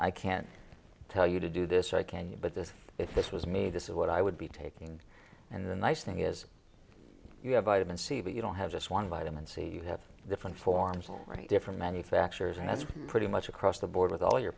i can't tell you to do this i can but this is this is me this is what i would be taking and the nice thing is you have vitamin c but you don't have just one vitamin c you have different forms of different manufacturers and that's pretty much across the board with all your